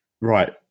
right